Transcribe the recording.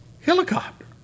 helicopter